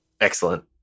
Excellent